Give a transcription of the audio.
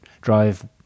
drive